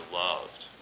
loved